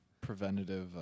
preventative